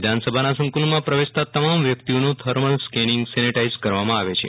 વિધાનસભાના સંકુલમાં પ્રવેશતા તમામ વ્યકિતઓનું થર્મલ સ્કેનીંગ સેનેટાઈઝ કરવામાં આવે છે